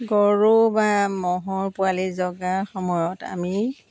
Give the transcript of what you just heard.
গৰু বা ম'হৰ পোৱালি জগাৰ সময়ত আমি